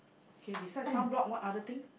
okay besides sunblock what other thing